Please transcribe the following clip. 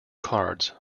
cards